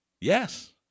Yes